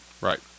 Right